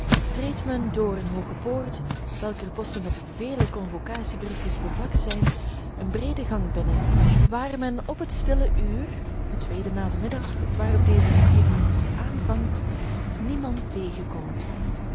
treedt men door een hooge poort welker posten met vele convocatiebriefjes beplakt zijn een breede gang binnen waar men op het stille uur het tweede na den middag waarop deze geschiedenis aanvangt niemand tegenkomt